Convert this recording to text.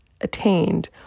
attained